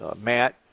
Matt